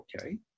okay